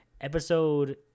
episode